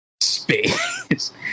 space